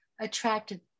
attracted